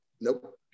Nope